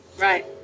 Right